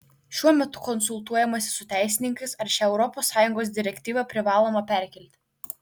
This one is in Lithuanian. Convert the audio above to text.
šiuo metu konsultuojamasi su teisininkais ar šią europos sąjungos direktyvą privaloma perkelti